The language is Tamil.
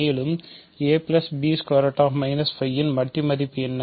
மேலும் இன் மட்டு மதிப்பு என்ன